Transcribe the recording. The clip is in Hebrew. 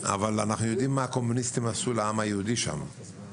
אנחנו יודעים מה הקומוניסטים עשו לעם היהודי שם.